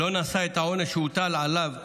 לא נשא את העונש שהוטל עליו בגינה,